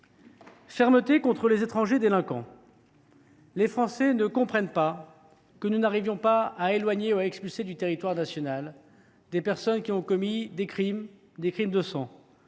d’abord contre les étrangers délinquants. Les Français ne comprennent pas que nous n’arrivions pas à éloigner ou à expulser du territoire national des personnes qui ont commis des crimes de sang,